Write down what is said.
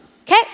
Okay